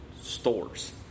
stores